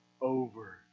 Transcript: over